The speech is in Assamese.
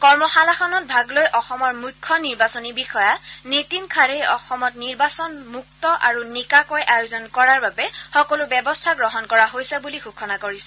কৰ্মশালাখনত ভাগ লৈ অসমৰ মুখ্য নিৰ্বাচনী বিষয়া নীতিন খাড়েই অসমত নিৰ্বাচন মুক্ত আৰু নিকাকৈ আয়োজন কৰাৰ বাবে সকলো ব্যৱস্থা গ্ৰহণ কৰা হৈছে বুলি ঘোষণা কৰিছে